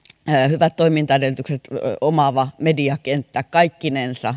hyvät toimintaedellytykset omaava moniarvoinen mediakenttä kaikkinensa